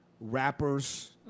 rappers